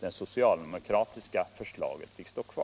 det socialdemokratiska förslaget inte fick stå kvar.